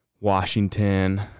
Washington